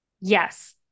Yes